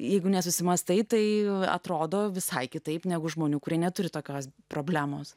jeigu nesusimąstai tai atrodo visai kitaip negu žmonių kurie neturi tokios problemos